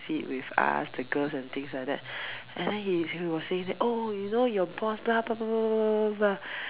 gossip with us the girls and the things like that and then he was saying that oh you know your boss